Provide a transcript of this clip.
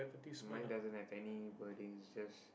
mine doesn't have any wordings just